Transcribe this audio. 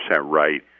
right